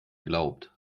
glaubt